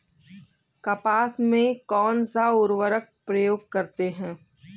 कपास में कौनसा उर्वरक प्रयोग करते हैं?